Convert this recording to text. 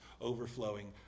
overflowing